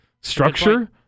structure